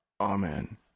Amen